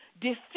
Defeat